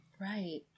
Right